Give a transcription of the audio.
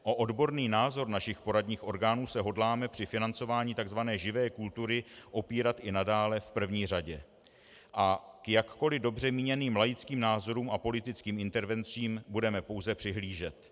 O odborný názor našich poradních orgánů se hodláme při financování tzv. živé kultury opírat i nadále v první řadě a k jakkoli dobře míněným laickým názorům a politickým intervencím budeme pouze přihlížet.